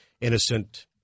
innocent